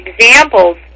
examples